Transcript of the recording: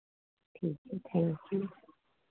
ठीक है थैंक्यू